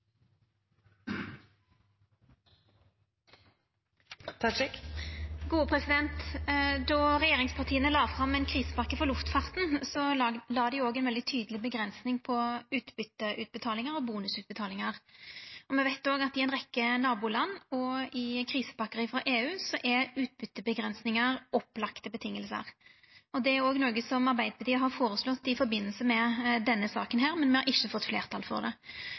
la dei ei veldig tydeleg avgrensing på utbytteutbetalingar og bonusutbetalingar. Me veit også at i ei rekkje naboland og i krisepakker frå EU er utbytteavgrensingar opplagde vilkår. Det er også noko som Arbeidarpartiet har føreslått i forbindelse med denne saka, men me har ikkje fått fleirtal for det.